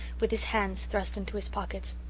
with his hands thrust into his pockets.